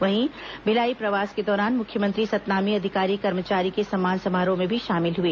वहीं भिलाई प्रवास के दौरान मुख्यमंत्री सतनामी अधिकारी कर्मचारी के सम्मान समारोह में भी शामिल हुए